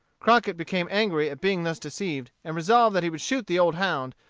crockett became angry at being thus deceived, and resolved that he would shoot the old hound,